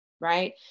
right